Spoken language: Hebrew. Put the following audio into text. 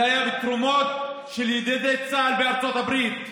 זה היה מתרומות של ידידי צה"ל בארצות הברית.